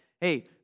hey